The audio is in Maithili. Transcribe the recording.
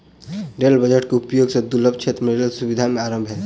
रेल बजट के उपयोग सॅ दुर्गम क्षेत्र मे रेल सुविधा के आरम्भ भेल